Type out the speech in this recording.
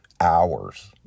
hours